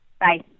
bye